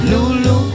Lulu